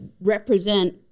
represent